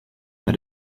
that